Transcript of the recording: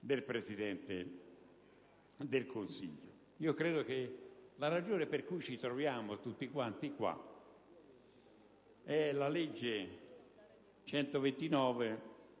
del Presidente del Consiglio. Credo che la ragione per cui ci troviamo tutti quanti a discutere sia